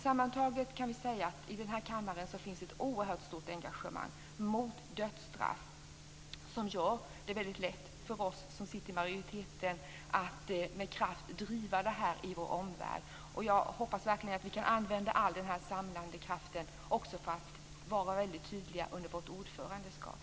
Sammantaget kan vi säga att det finns ett oerhört stort engagemang i denna kammare mot dödsstraff som gör det lätt för oss som sitter i majoriteten att med kraft driva detta i vår omvärld. Jag hoppas verkligen att vi kan använda all den samlande kraften också för att vara tydliga under vårt ordförandeskap.